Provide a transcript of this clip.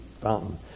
fountain